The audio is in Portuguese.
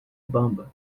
bamba